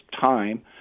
time